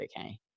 okay